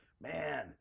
man